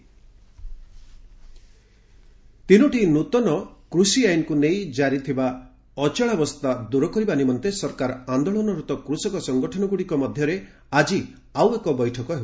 centre farmers ତିନୋଟି ନୃତନ କୃଷି ଆଇନକୁ ନେଇ ଜାରି ଥିବା ଅଚଳାବସ୍ଥା ଦୂର କରିବା ନିମନ୍ତେ ସରକାର ଆନ୍ଦୋଳନରତ କୃଷକ ସଙ୍ଗଠନଗୁଡ଼ିକ ମଧ୍ୟରେ ଆକି ଆଉ ଏକ ବୈଠକ ହେବ